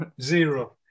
zero